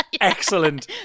excellent